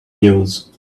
news